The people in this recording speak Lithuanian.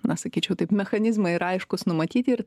na sakyčiau taip mechanizmai yra aiškūs numatyti ir